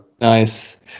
Nice